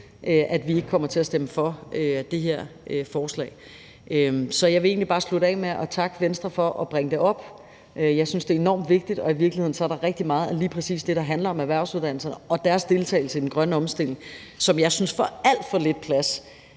at vi ikke kommer til at stemme for det her forslag. Så jeg vil egentlig bare slutte med at takke Venstre for at bringe det op. Jeg synes, det er enormt vigtigt, og i virkeligheden er der rigtig meget af lige præcis det, der handler om erhvervsuddannelserne og deres deltagelse i den grønne omstilling, som jeg synes får alt for lidt plads.